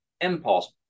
impulse